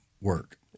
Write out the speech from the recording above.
work